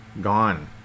Gone